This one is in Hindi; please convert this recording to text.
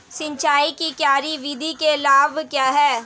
सिंचाई की क्यारी विधि के लाभ क्या हैं?